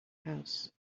house